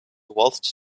waltzed